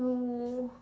mm